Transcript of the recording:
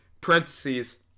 parentheses